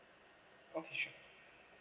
okay sure